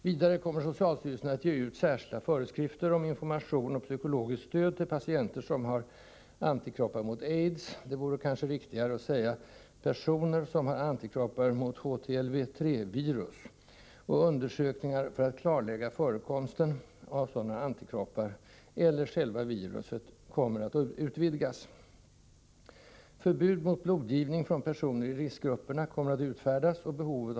Vidare kommer socialstyrelsen att ge ut särskilda föreskrifter om information och psykologiskt stöd till ”patienter som har antikroppar mot AIDS” — det vore kanske riktigare att säga ”personer som har antikroppar mot HTLV III-virus” — och undersökningar för att kartlägga förekomsten av sådana antikroppar — eller själva viruset? — kommer att utvidgas. Förbud mot blodgivning från personer i riskgrupperna kommer att utfärdas och behovet .